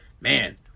Man